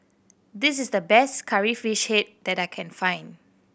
this is the best Curry Fish Head that I can find